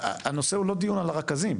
הנושא הוא לא דיון על הרכזים,